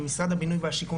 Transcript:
אם משרד הבינוי והשיכון,